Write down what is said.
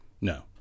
no